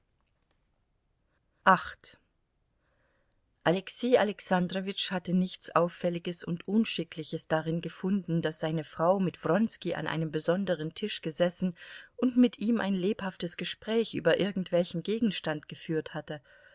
alexei alexandrowitsch hatte nichts auffälliges und unschickliches darin gefunden daß seine frau mit wronski an einem besonderen tisch gesessen und mit ihm ein lebhaftes gespräch über irgendwelchen gegenstand geführt hatte